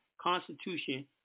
constitution